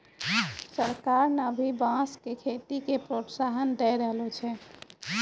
सरकार न भी बांस के खेती के प्रोत्साहन दै रहलो छै